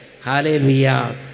Hallelujah